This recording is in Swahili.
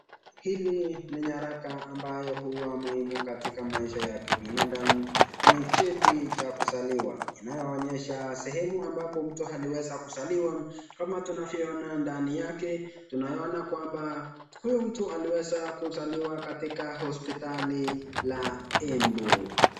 Hili ni nyaraka ambayo huwa muhimu katika maisha ya kibinadamu. Ni cheti cha kuzaliwa, inayoonyesha sehemu ambapo mtu aliweza kuzaliwa. Kama tunavyoona, ndani yake tunaiona kwamba huyu mtu aliweza kuzaliwa katika hospitali la Embu.